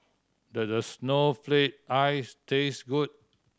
does snowflake ice taste good